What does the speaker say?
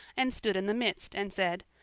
and stood in the midst, and said,